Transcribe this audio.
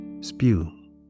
spew